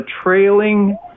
trailing